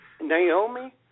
Naomi